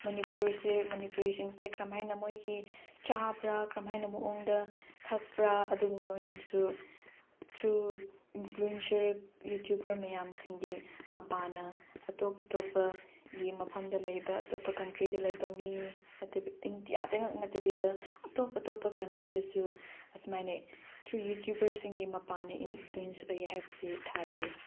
ꯃꯅꯤꯄꯨꯔꯁꯦ ꯃꯅꯤꯄꯨꯔꯤꯁꯤꯡꯁꯦ ꯀꯔꯝꯍꯥꯏꯅ ꯃꯣꯏꯒꯤ ꯆꯥꯕ꯭ꯔꯥ ꯀꯔꯝꯍꯥꯏꯅ ꯃꯑꯣꯡꯗ ꯊꯛꯄ꯭ꯔꯥ ꯑꯗꯨꯒꯨꯝꯕ ꯃꯌꯥꯝꯁꯨ ꯊ꯭ꯔꯨ ꯏꯟꯐ꯭ꯂꯨꯌꯦꯟꯁꯔ ꯌꯨꯇ꯭ꯌꯨꯕꯔ ꯃꯌꯥꯝꯁꯤꯡꯒꯤ ꯃꯄꯥꯟꯅ ꯑꯇꯣꯞ ꯑꯇꯣꯞꯄꯒꯤ ꯃꯐꯝꯗ ꯂꯩꯕ ꯑꯇꯣꯞꯄ ꯀꯟꯇ꯭ꯔꯤꯗ ꯂꯩꯕ ꯃꯤ ꯅꯠꯇꯕ ꯏꯟꯗꯤꯌꯥꯗ ꯉꯥꯛ ꯅꯠꯇꯕꯤꯗ ꯑꯇꯣꯞ ꯑꯇꯣꯞꯄ ꯀꯟꯇ꯭ꯔꯤꯗꯁꯨ ꯑꯁꯨꯃꯥꯏꯅ ꯊ꯭ꯔꯨ ꯌꯨꯇ꯭ꯌꯨꯕꯔꯁꯤꯡꯒꯤ ꯃꯄꯥꯟꯅ ꯏꯟꯐ꯭ꯂꯨꯌꯦꯟꯁ ꯑꯣꯏꯌꯦ ꯍꯥꯏꯕꯁꯤ ꯊꯥꯖꯩ